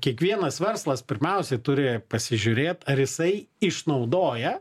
kiekvienas verslas pirmiausiai turi pasižiūrėt ar jisai išnaudoja